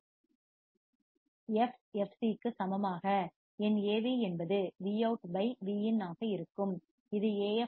எஃப்f எஃப்சிfcக்கு சமமாக என் AV என்பது Vout by Vin ஆக இருக்கும் இது AF root அல்லது 0